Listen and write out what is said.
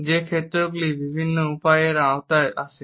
যে ক্ষেত্রগুলি বিভিন্ন উপায়ে এর আওতায় আসে